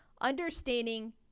understanding